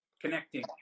connecting